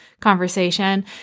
conversation